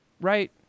Right